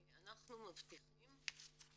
אנחנו מבטיחים,